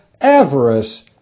avarice